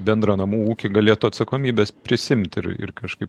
bendrą namų ūkį galėtų atsakomybės prisiimti ir ir kažkaip